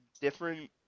different